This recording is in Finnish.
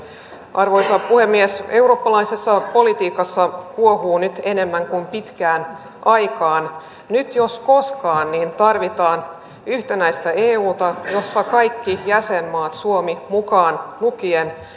arvoisa puhemies eurooppalaisessa politiikassa kuohuu nyt enemmän kuin pitkään aikaan nyt jos koskaan tarvitaan yhtenäistä euta jossa kaikki jäsenmaat suomi mukaan lukien